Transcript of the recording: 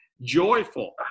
joyful